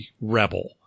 Rebel